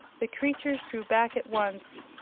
the creatures drew back at once,